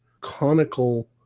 conical